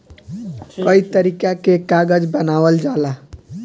कई तरीका के कागज बनावल जाला